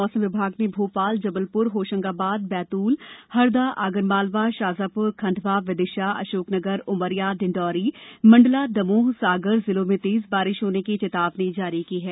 मौसम विभाग ने भोपाल जबलपुर होशंगाबादबैतूल हरदा आगरमालवा शाजापुर खंडवा विदिशा अशोकनगर उमरिया डिंडौरी मंडला दमोह सागर जिलों में तेज बारिश होने की चेतावनी जारी की है